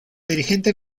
dirigente